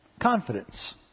confidence